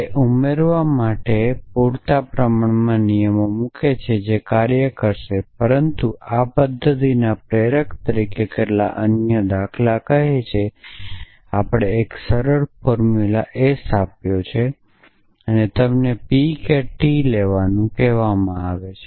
તે માટે પૂરતા પ્રમાણમાં ઇન્ફરનસના નિયમો હોય તે જરૂરી છે આ પદ્ધતિના સમર્થનમાં અહી કેટલાક અન્ય દાખલા છે જેમાં આપણને એક સરળ ફોર્મુલા S આપ્યો છે અને તમને P કે T મેળવવાનું કહેવામાં આવે છે